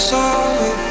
sorry